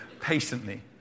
patiently